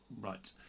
Right